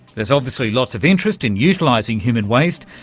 there's obviously lots of interest in utilising human waste,